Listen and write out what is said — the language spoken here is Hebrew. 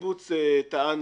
הקיבוץ טען